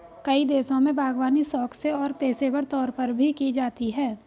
कई देशों में बागवानी शौक से और पेशेवर तौर पर भी की जाती है